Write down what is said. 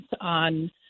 on